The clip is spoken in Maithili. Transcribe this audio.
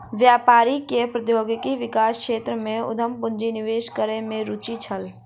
व्यापारी के प्रौद्योगिकी विकास क्षेत्र में उद्यम पूंजी निवेश करै में रूचि छल